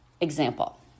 Example